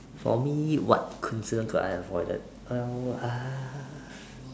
for me what incidents could I have avoided well uh